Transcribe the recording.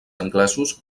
anglesos